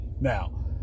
Now